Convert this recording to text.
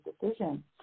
decision